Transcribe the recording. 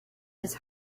his